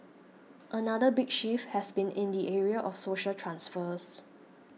another big shift has been in the area of social transfers